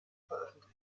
veröffentlicht